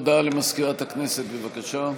הודעה למזכירת הכנסת, בבקשה.